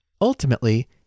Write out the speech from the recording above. Ultimately